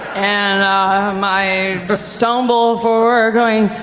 and my stumble forward going